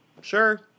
sure